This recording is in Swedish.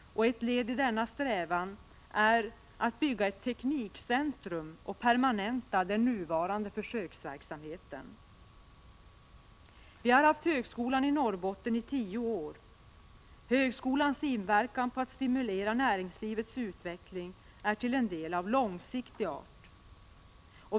Ett led i denna strävan är att bygga ett teknikcentrum och permanenta den nuvarande försöksverksamheten. Vi har haft högskolan i Norrbotten i tio år. Högskolans stimulerande inverkan på näringslivets utveckling är till en del av långsiktig art.